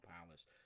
Palace